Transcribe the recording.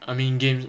I mean game